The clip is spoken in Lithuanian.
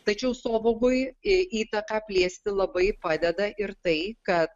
tačiau sovogui įtaką plėsti labai padeda ir tai kad